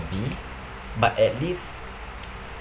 B but at least